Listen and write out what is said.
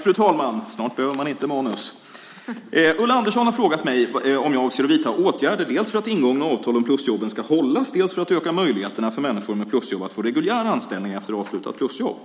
Fru talman! Ulla Andersson har frågat mig om jag avser att vidta åtgärder dels för att ingångna avtal om plusjobben ska hållas, dels för att öka möjligheterna för människor med plusjobb att få reguljär anställning efter avslutat plusjobb.